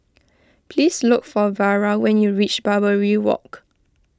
please look for Vara when you reach Barbary Walk